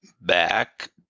back